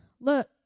Look